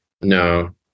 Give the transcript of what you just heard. No